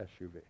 SUV